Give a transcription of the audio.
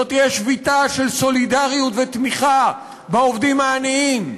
זו תהיה שביתה של סולידריות ותמיכה בעובדים העניים,